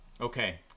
Okay